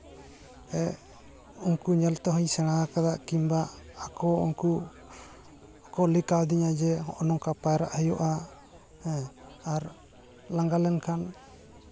ᱩᱱᱠᱩ ᱧᱮᱞ ᱛᱮᱦᱚᱸᱧ ᱥᱮᱬᱟ ᱟᱠᱟᱫᱟ ᱠᱤᱢᱵᱟ ᱟᱠᱚ ᱩᱱᱠᱩ ᱠᱚ ᱞᱟᱹᱭ ᱠᱟᱹᱣᱫᱤᱧᱟ ᱡᱮ ᱱᱚᱜᱼᱚ ᱱᱚᱝᱠᱟ ᱯᱟᱭᱨᱟᱜ ᱦᱩᱭᱩᱜᱼᱟ ᱦᱮᱸ ᱟᱨ ᱞᱟᱸᱝᱜᱟ ᱞᱮᱱᱠᱷᱟᱱ